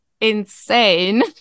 insane